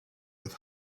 with